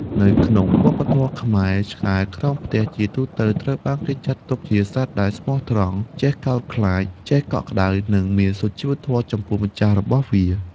នៅក្នុងវប្បធម៌ខ្មែរ ឆ្កែក្រោមផ្ទះជាទូទៅត្រូវបានគេចាត់ទុកជាសត្វដែលស្មោះត្រង់ ចេះកោតខ្លាច ចេះកក់ក្តៅ និងមានសុជីវធម៌ចំពោះម្ចាស់របស់វា។